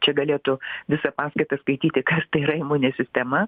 čia galėtų visą paskaitą skaityti kas tai yra imunė sistema